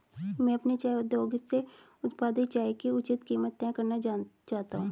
मैं अपने चाय उद्योग से उत्पादित चाय की उचित कीमत तय करना चाहता हूं